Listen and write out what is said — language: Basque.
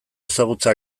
ezagutza